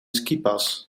skipas